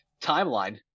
timeline